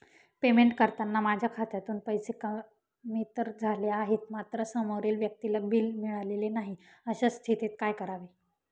Payment करताना माझ्या खात्यातून पैसे कमी तर झाले आहेत मात्र समोरील व्यक्तीला बिल मिळालेले नाही, अशा स्थितीत काय करावे?